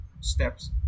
steps